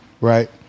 right